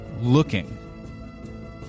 looking